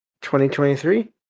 2023